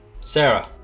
Sarah